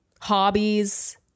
hobbies